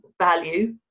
value